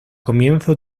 comienzo